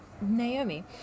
Naomi